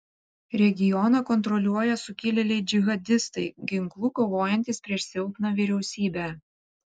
regioną kontroliuoja sukilėliai džihadistai ginklu kovojantys prieš silpną vyriausybę